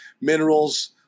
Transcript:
minerals